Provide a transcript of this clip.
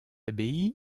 abbaye